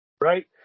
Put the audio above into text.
right